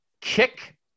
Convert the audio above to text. kick